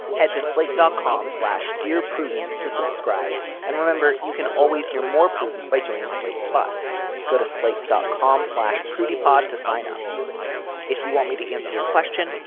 head to slate dot com slash. dear prudence. to subscribe and remember you can always hear more prudence by joining slate plus go to slate dot com slash prudie pod to sign up if you want me to answer your question.